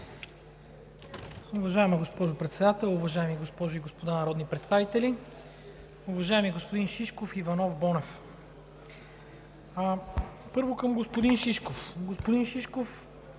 Уважаема госпожо Председател, уважаеми госпожи и господа народни представители, уважаеми господин Шишков, Иванов, Бонев! Първо, към господин Шишков. Господин Шишков,